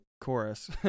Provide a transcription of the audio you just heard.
chorus